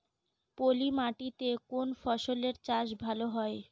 পলি মাটিতে কোন ফসলের চাষ ভালো হয়?